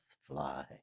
fly